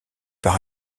par